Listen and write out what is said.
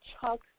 Chuck